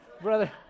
Brother